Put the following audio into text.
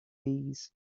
bees